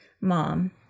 mom